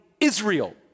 israel